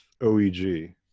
OEG